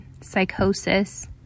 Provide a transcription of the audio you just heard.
psychosis